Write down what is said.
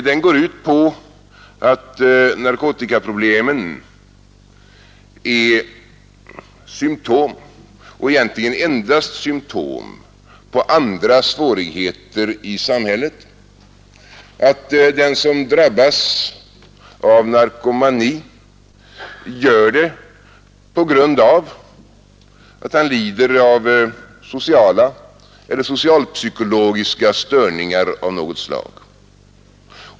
Den går ut på att narkotikaproblemen är symtom — och egentligen endast symtom — på andra svårigheter i samhället, att den som drabbas av narkomani gör det på grund av att han lider av sociala och socialpsykologiska störningar av något slag.